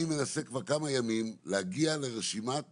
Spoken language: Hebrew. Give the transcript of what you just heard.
אני מנסה כבר כמה ימים להגיע לרשימת הפצועים.